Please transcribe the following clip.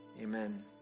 amen